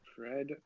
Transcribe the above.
Fred